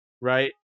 right